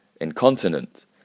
incontinent